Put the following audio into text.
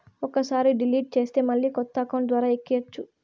ఒక్కసారి డిలీట్ చేస్తే మళ్ళీ కొత్త అకౌంట్ ద్వారా ఎక్కియ్యచ్చు